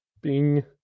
Bing